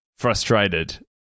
frustrated